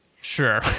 Sure